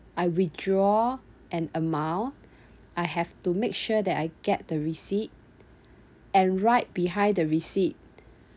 I withdraw an amount I have to make sure that I get the receipt and write behind the receipt